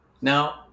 Now